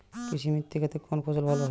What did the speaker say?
কৃষ্ণ মৃত্তিকা তে কোন ফসল ভালো হয়?